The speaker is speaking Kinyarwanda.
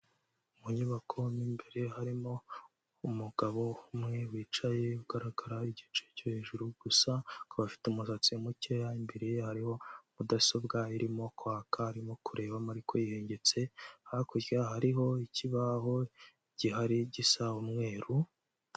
Mu nyubako mo imbere, harimo umugabo umwe wicaye ugaragara igice cyo hejuru gusa akaba afite umusatsi mukeya, imbere hariho mudasobwa irimo kwaka arimo kurebamo ariko yihengetse, hakurya hariho ikibaho gihari gisa umweru.